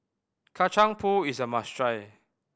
Kacang Pool is a must try